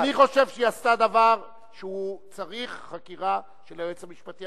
אני חושב שהיא עשתה דבר שהוא צריך חקירה של היועץ המשפטי.